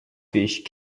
fish